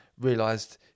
realised